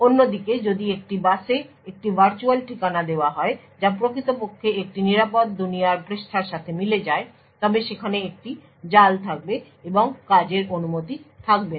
অন্যদিকে যদি একটি বাসে একটি ভার্চুয়াল ঠিকানা দেওয়া হয় যা প্রকৃতপক্ষে একটি নিরাপদ দুনিয়ার পৃষ্ঠার সাথে মিলে যায় তবে সেখানে একটি জাল থাকবে এবং কাজের অনুমতি থাকবে না